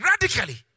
radically